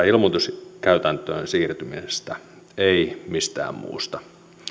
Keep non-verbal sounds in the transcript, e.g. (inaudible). (unintelligible) ilmoituskäytäntöön siirtymisestä ei mistään muusta